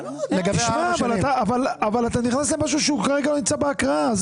אתה נכנס למשהו שכרגע הוא נמצא בהקראה.